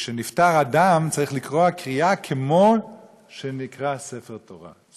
שכשנפטר אדם צריך לקרוע קריעה כמו שנקרע ספר תורה.